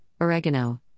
oregano